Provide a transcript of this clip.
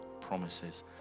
promises